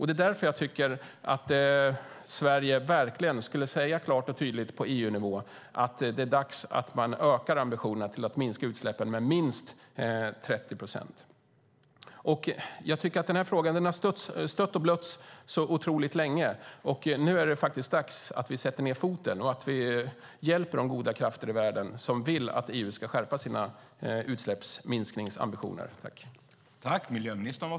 Det är därför som jag tycker att Sverige verkligen skulle säga klart och tydligt på EU-nivå att det är dags att öka ambitionerna till att minska utsläppen med minst 30 procent. Den här frågan har stötts och blötts så otroligt länge. Nu är det dags att vi sätter ned foten och hjälper de goda krafter i världen som vill att EU ska skärpa sina utsläppsminskningsambitioner.